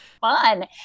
fun